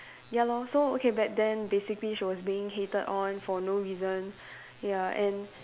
ya lor so okay back basically she was being hated on for no reason ya and